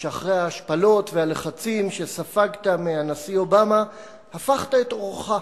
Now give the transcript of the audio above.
שאחרי ההשפלות והלחצים שספגת מהנשיא אובמה הפכת את עורך,